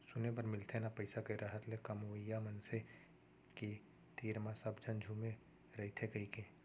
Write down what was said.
सुने बर मिलथे ना पइसा के रहत ले कमवइया मनसे के तीर म सब झन झुमे रइथें कइके